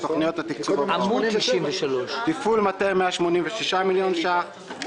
לתוכניות התקצוב הבאות: תפעול מטה 186 מיליון שקלים,